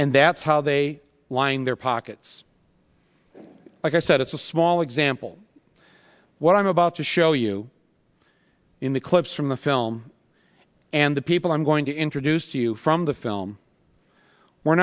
and that's how they line their pockets like i said it's a small example what i'm about to show you in the clips from the film and the people i'm going to introduce to you from the film were